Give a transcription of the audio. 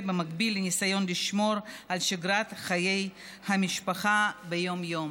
במקביל לניסיון לשמור על שגרת חיי המשפחה ביום-יום.